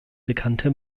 bekannte